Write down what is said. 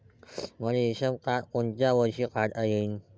मले इ श्रम कार्ड कोनच्या वर्षी काढता येईन?